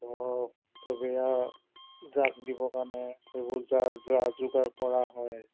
ধৰ সবে আৰু জাগ দিবৰ কাৰণে সেইবোৰ যা যা যোগাৰ কৰা হয়